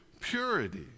purity